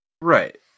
Right